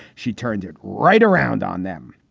she turned it right around on them.